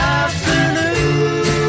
afternoon